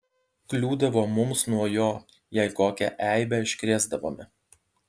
kliūdavo mums nuo jo jei kokią eibę iškrėsdavome